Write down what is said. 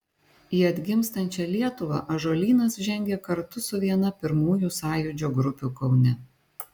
į atgimstančią lietuvą ąžuolynas žengė kartu su viena pirmųjų sąjūdžio grupių kaune